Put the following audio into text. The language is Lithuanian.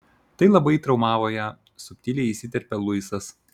tai labai traumavo ją subtiliai įsiterpia luisas